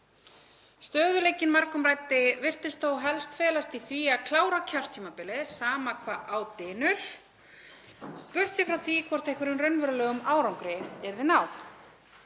Stöðugleikinn margumræddi virtist þó helst felast í því að klára kjörtímabilið sama hvað á dyndi, burt séð frá því hvort einhverjum raunverulegum árangri yrði náð.